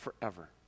forever